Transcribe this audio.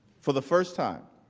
for the first time.